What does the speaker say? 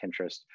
Pinterest